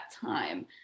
time